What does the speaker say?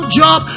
job